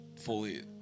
fully –